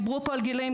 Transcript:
דיברו פה על גילאים,